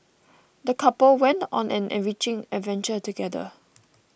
the couple went on an enriching adventure together